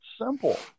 simple